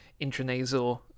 intranasal